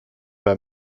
bei